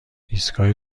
ایستگاه